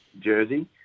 jersey